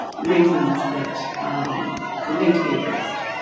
reasons that um need to be addressed,